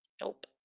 Nope